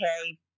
okay